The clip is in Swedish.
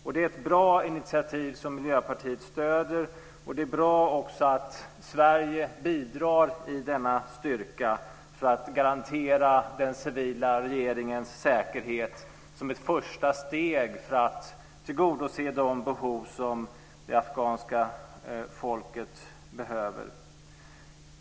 Det är ett bra initiativ som Miljöpartiet stöder, och det är bra också att Sverige bidrar till denna styrka för att garantera den civila regeringens säkerhet som ett första steg för att tillgodose de behov som det afghanska folket har.